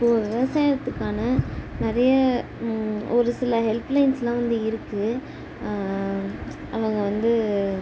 இப்போது விவசாயத்துக்கான நிறைய ஒரு சில ஹெல்ப் லைன்ஸ்லாம் வந்து இருக்குது அவங்க வந்து